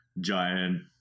giant